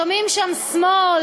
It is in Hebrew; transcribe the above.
שומעים שם שמאל,